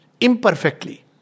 Imperfectly